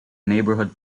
neighborhood